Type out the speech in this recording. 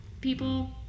people